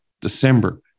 december